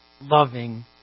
Loving